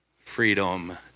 freedom